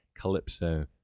Calypso